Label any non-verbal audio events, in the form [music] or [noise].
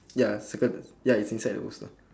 ya circle the [noise] ya it's inside the poster